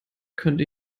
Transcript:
könnte